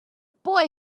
boy